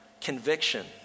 Conviction